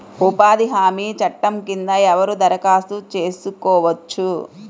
ఉపాధి హామీ చట్టం కింద ఎవరు దరఖాస్తు చేసుకోవచ్చు?